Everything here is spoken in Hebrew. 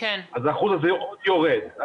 אז האחוז הזה עוד יורד.